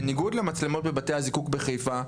בניגוד למצלמות בבתי הזיקוק בחיפה,